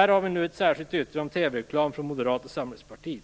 Det finns ett särskilt yttrande om TV-reklam från Moderata samlingspartiet.